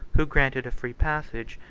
who granted a free passage,